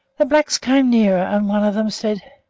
the blacks came nearer, and one of them said,